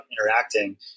interacting